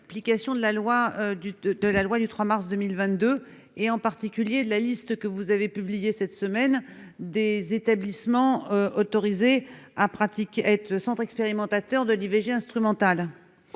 la loi du de de la loi du 3 mars 2022, et en particulier de la liste que vous avez publié cette semaine des établissements autorisés à pratiquer, être centre expérimentateurs de l'IVG instrumentale,